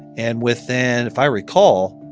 and within if i recall,